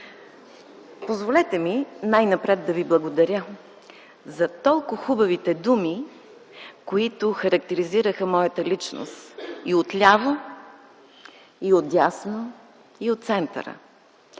Позволете ми най-напред да Ви благодаря за толкова хубавите думи, които характеризираха моята личност, и отляво, и отдясно, и от центъра.